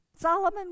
Solomon